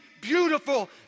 beautiful